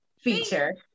feature